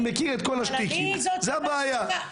זו הבעיה.